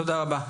תודה רבה.